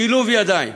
שילוב ידיים,